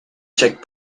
chaque